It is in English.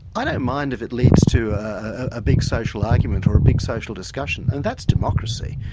i don't mind if it leads to a big social arguments or a big social discussion, and that's democracy.